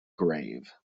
grave